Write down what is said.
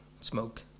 smoke